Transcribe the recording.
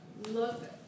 Look